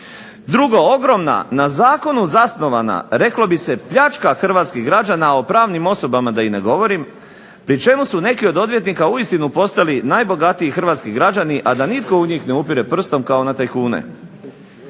Drugo, ogromna na zakonu zasnovana reklo bi se pljačka hrvatskih građana, o pravnim osobama da i ne govorim, pri čemu su neki od odvjetnika uistinu postali najbogatiji hrvatski građani, a da nitko u njih ne upire prstom kao na tajkune.